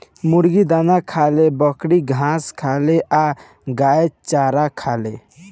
मुर्गी दाना खाले, बकरी घास खाले आ गाय चारा खाले